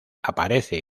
aparece